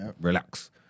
relax